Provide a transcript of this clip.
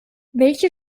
welche